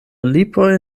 lipoj